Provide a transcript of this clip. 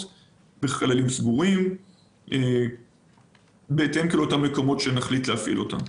בחללים סגורים בהתאם למקומות שבהם נחליט להפעיל אותו.